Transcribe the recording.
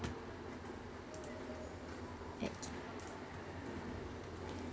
okay